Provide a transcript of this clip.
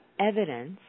evidence